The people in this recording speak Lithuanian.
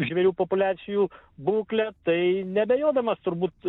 žvėrių populiacijų būklę tai neabejodamas turbūt